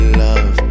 love